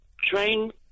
train